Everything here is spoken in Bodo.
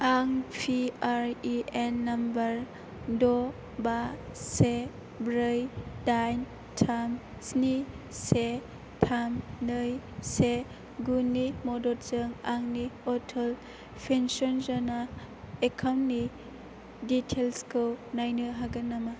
आं पिआरइएन नाम्बार द' बा से ब्रै दाइन थाम स्नि से थाम नै से गु नि मददजों आंनि अटल पेन्सन य'जना एकाउन्टनि डिटेइल्सखौ नायनो हागोन नामा